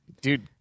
Dude